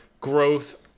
growth